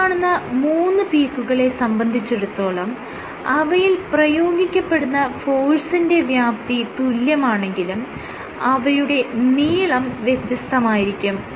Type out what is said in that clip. ഈ കാണുന്ന മൂന്ന് പീക്കുകളെ സംബന്ധിച്ചിടത്തോളം അവയിൽ പ്രയോഗിക്കപ്പെടുന്ന ഫോഴ്സിന്റെ വ്യാപ്തി തുല്യമാണെങ്കിലും അവയുടെ നീളം വ്യത്യസ്തമായിരിക്കും